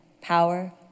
power